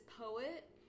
poet